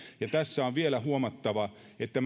ja tässä on vielä huomattava se että